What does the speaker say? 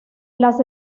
las